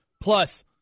Plus